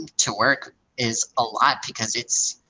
and to work is a lot because it's,